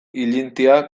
ilintia